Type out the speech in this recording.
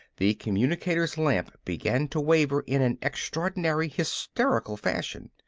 the communicator's lamp began to waver in an extraordinary, hysterical fashion.